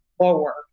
lower